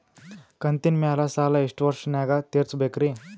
ಕಂತಿನ ಮ್ಯಾಲ ಸಾಲಾ ಎಷ್ಟ ವರ್ಷ ನ್ಯಾಗ ತೀರಸ ಬೇಕ್ರಿ?